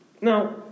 Now